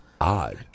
Odd